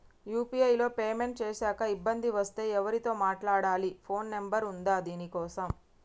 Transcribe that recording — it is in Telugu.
యూ.పీ.ఐ లో పేమెంట్ చేశాక ఇబ్బంది వస్తే ఎవరితో మాట్లాడాలి? ఫోన్ నంబర్ ఉందా దీనికోసం?